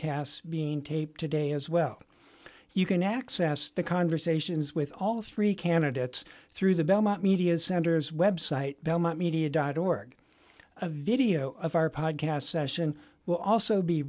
podcasts being taped today as well you can access the conversations with all three candidates through the belmont media centers website belmont media dot org a video of our podcast session will also be